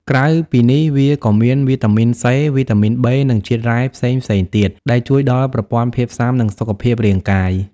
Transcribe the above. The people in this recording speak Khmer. ក្រៅពីនេះវាក៏មានវីតាមីនសេ វីតាមីនប៊េ និងជាតិរ៉ែផ្សេងៗទៀតដែលជួយដល់ប្រព័ន្ធភាពស៊ាំ និងសុខភាពរាងកាយ។